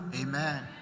Amen